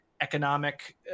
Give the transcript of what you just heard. economic